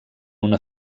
una